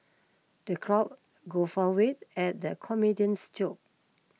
the crowd guffawed at the comedian's joke